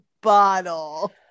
bottle